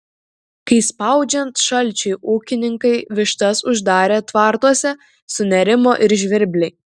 kai spaudžiant šalčiui ūkininkai vištas uždarė tvartuose sunerimo ir žvirbliai